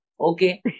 Okay